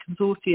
consortium